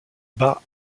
bat